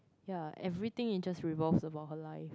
ya everything in just revolves about her life